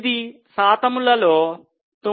ఇది శాతములులో 9